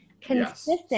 Consistent